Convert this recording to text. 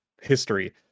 history